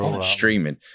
streaming